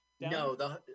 No